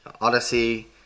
Odyssey